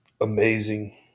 amazing